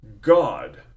God